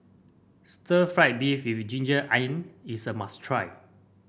Stir Fried Beef with ginger onion is a must try